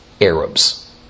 Arabs